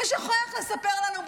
מישהו יכול רק לספר לנו,